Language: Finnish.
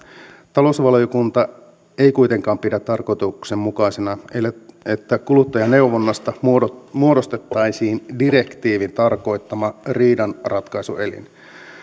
talousvaliokunta ei kuitenkaan pidä tarkoituksenmukaisena että kuluttajaneuvonnasta muodostettaisiin muodostettaisiin direktiivin tarkoittama riidanratkaisuelin